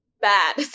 bad